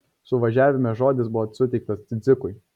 suvažiavime žodis buvo suteiktas cidzikui